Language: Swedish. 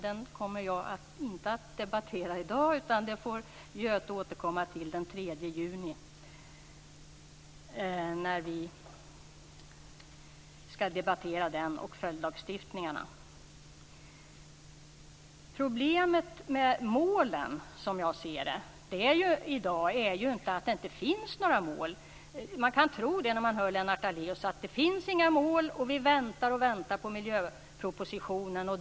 Den kommer jag inte att debattera i dag. Göte Jonsson får återkomma till den frågan och följdlagstiftningarna den 3 juni. Problemet med målen i dag är inte att det inte finns några mål. Enligt Daléus finns det inga mål, och vi väntar på miljöpropositionen.